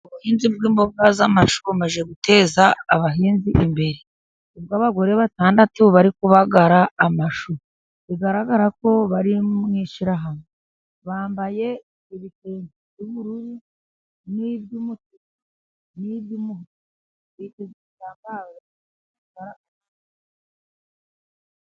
Ibuhinzi bw'imboga z'amashu bumaze guteza abahinzi imbere. Ubwo abagore batandatu bari kubagara amashu, bigaragara ko bari mu ishyirahamwe. Bambaye ibitenge by'ubururu, n'iby'umutuku, n'iby'umuhondo...